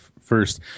first